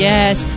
Yes